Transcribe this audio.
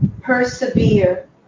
persevere